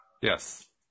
Yes